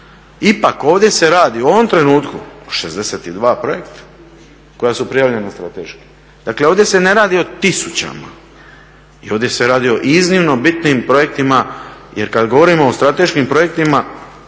Ipak ovdje se radi u ovom trenutku o 62 projekta koja su prijavljena strateški. Dakle, ovdje se ne radi o tisućama, i ovdje se radi o iznimno bitnim projektima, jer kad govorimo o strateškim projektima